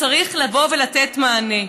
וצריך לבוא ולתת מענה.